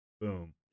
boom